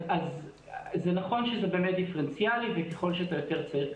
זה נכון שזה באמת דיפרנציאלי וככל שאתה יותר צעיר,